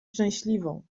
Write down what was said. szczęśliwą